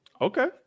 okay